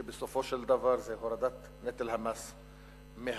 שבסופו של דבר זה הורדת נטל המס מהמעסיקים,